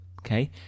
Okay